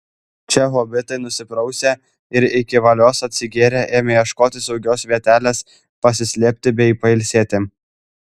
čia hobitai nusiprausė ir iki valios atsigėrę ėmė ieškotis saugios vietelės pasislėpti bei pailsėti